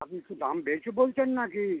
আপনি একটু দাম বেশি বলছেন না কি